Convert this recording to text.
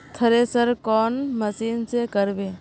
Thresher कौन machine से करबे?